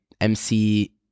MC